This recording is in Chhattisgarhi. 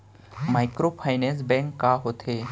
माइक्रोफाइनेंस बैंक का होथे?